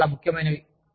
ఇవి చాలా ముఖ్యమైనవి